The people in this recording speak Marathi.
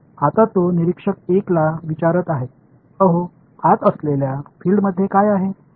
आता तो निरीक्षक 1 ला विचारत आहे अहो आत असलेल्या फिल्डमध्ये काय आहे